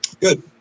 Good